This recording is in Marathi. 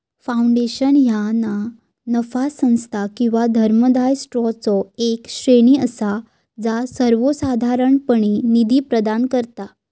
फाउंडेशन ह्या ना नफा संस्था किंवा धर्मादाय ट्रस्टचो येक श्रेणी असा जा सर्वोसाधारणपणे निधी प्रदान करता